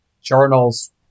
journals